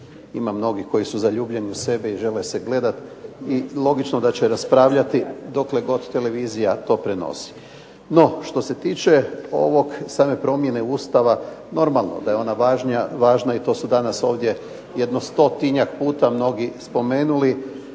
ima mnogih koji su zaljubljeni u sebe i žele se gledat i logično da će raspravljati dokle god televizija to prenosi. No što se tiče same promjene Ustava normalno da je ona važna i to su danas ovdje jedno stotinjak puta mnogi spomenuli